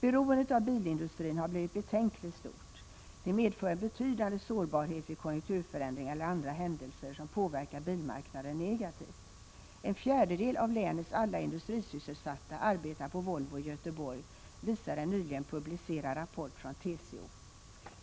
Beroendet av bilindustrin har blivit betänkligt stort. Det medför en betydande sårbarhet vid konjunkturförändringar eller andra händelser som påverkar bilmarknaden negativt. En fjärdedel av länets alla industrisysselsatta arbetar på Volvo i Göteborg, visar en nyligen publicerad rapport från TCO.